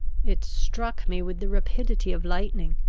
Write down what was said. it struck me with the rapidity of lightning.